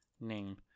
Name